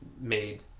made